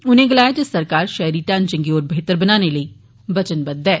उनें गलाया जे सरकार षैहरी ढांचे गी होर बेहतर बनाने लेई बचनबद्ध ऐ